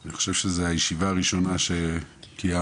אני חושב שזו הישיבה הראשונה שקיימנו